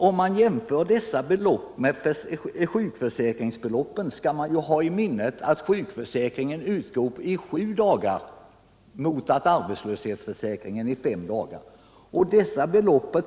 Om vi jämför dessa belopp med sjukförsäkringsbeloppen bör vi också ha i minnet att sjukförsäkringsersättningen utgår i sju dagar men arbetslöshetsersättningen i bara fem dagar. Beloppet